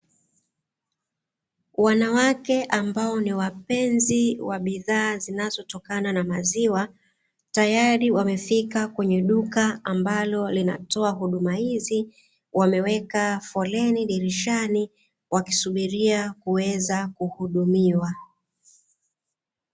Wanawake ambao ni wapenzi wa bidhaa zinazotokana na maziwa, tayari wamefika kwenye duka ambalo linalotoa huduma hizi, wameweka foleni dirishani wakisubiria kuweza kuhudumiwa.